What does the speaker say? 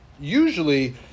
Usually